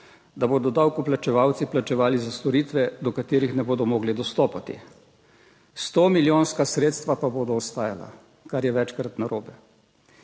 da bodo davkoplačevalci plačevali za storitve, do katerih ne bodo mogli dostopati, stomilijonska sredstva pa bodo ostajala, kar je večkrat narobe.